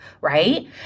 right